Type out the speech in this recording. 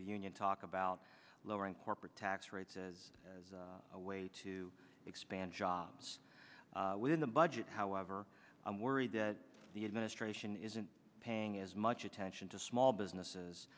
the union talk about lowering corporate tax rates as a way to expand jobs within the budget however i'm worried that the administration isn't paying as much attention to small